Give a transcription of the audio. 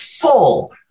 Full